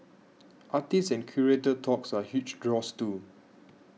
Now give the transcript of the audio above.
artist and curator talks are huge draws too